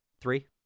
Three